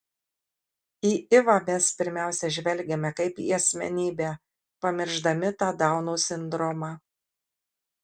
į ivą mes pirmiausia žvelgiame kaip į asmenybę pamiršdami tą dauno sindromą